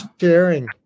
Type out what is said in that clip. sharing